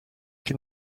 can